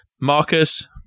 Marcus